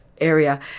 Area